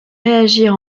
réagir